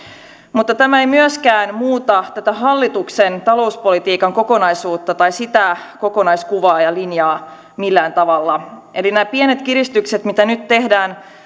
mutta tämä ei muuta myöskään tätä hallituksen talouspolitiikan kokonaisuutta sitä kokonaiskuvaa ja ja linjaa millään tavalla eli nämä pienet kiristykset mitä nyt tehdään